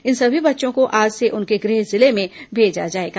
इन सभी बच्चों को आज से उनके गृह जिले में भेजा जाएगा